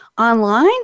Online